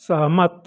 सहमत